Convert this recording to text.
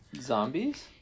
Zombies